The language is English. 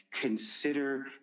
consider